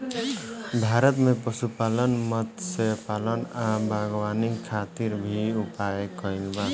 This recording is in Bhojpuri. भारत में पशुपालन, मत्स्यपालन आ बागवानी खातिर भी उपाय कइल बा